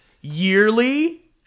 yearly